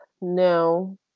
no